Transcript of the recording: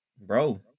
Bro